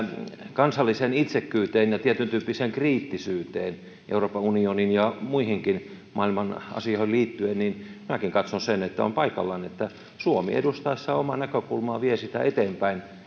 kansalliseen itsekkyyteen ja tietyntyyppiseen kriittisyyteen euroopan unionin ja muihinkin maailman asioihin liittyen minäkin katson että on paikallaan että suomi edustaessaan omaa näkökulmaa vie sitä eteenpäin